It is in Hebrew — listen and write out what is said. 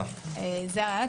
זה הרעיון.